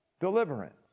deliverance